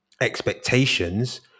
expectations